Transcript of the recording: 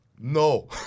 No